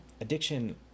addiction